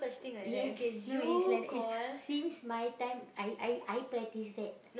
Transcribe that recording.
yes no it's like that it's since my time I I I practise that